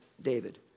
David